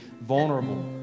vulnerable